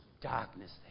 Darkness